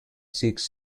six